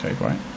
right